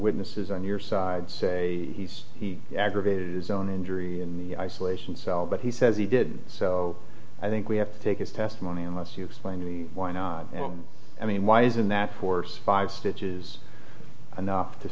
witnesses on your side say he's aggravated his own injury in the isolation cell but he says he did so i think we have to take his testimony unless you explain why no one i mean why isn't that force five stitches enough to